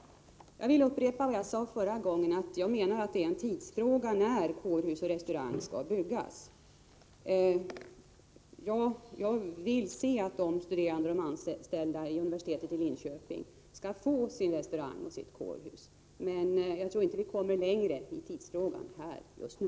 Jag vill upprepa vad jag sade tidigare. Jag menar att det är en tidsfråga när kårhus och restaurang skall byggas. Jag vill att de studerande och de anställda vid universitetet i Linköping skall få sin restaurang och sitt kårhus, men jag tror inte att vi kommer längre i diskussionen om tidpunkten här och nu.